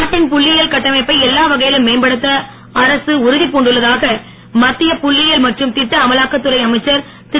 நாட்டில் புள்ளியியல் கட்டமைப்பை எல்லா வகையிலும் மேம்படுத்த அரசு உறுதிபூண்டுள்ளதாக மத்திய புள்ளியியல் மற்றும் திட்ட அமலாக்கத்துறை அமைச்சர் திரு